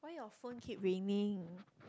why your phone keep ringing